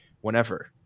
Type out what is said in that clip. whenever